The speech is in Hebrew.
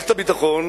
מערכת הביטחון